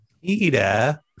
Peter